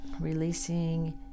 releasing